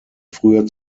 früher